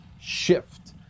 shift